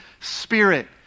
Spirit